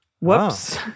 Whoops